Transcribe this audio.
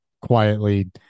quietly